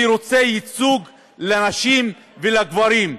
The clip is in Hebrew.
אני רוצה ייצוג לנשים ולגברים.